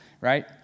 right